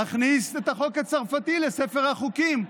נכניס את החוק הצרפתי לספר החוקים,